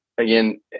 again